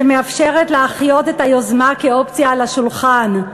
שמאפשרת להחיות את היוזמה כאופציה על השולחן.